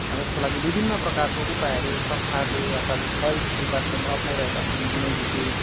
अब यसको लागि विभिन्न प्रकारको उपायहरू सरकारले अर्थात् हेल्थ डिपार्टमेन्टले अप्नाइरहेका छन् दिनैपिछे